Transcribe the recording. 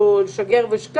הדברים.